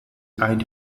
and